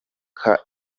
care